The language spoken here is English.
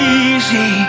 easy